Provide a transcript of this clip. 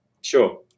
Sure